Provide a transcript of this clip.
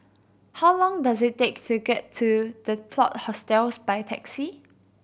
how long does it take to get to The Plot Hostels by taxi